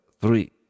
three